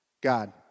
God